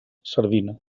sardina